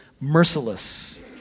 Merciless